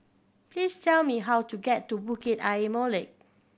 please tell me how to get to Bukit Ayer Molek